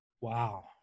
Wow